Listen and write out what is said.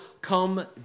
come